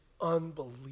unbelievable